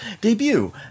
debut